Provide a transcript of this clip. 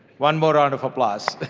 one more round of applause